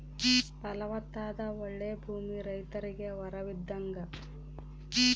ಫಲವತ್ತಾದ ಓಳ್ಳೆ ಭೂಮಿ ರೈತರಿಗೆ ವರವಿದ್ದಂಗ